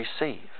receive